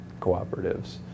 cooperatives